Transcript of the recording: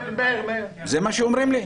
זה מה שאומרים לי.